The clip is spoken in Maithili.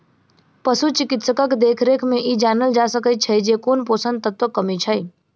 पशु चिकित्सकक देखरेख मे ई जानल जा सकैत छै जे कोन पोषण तत्वक कमी छै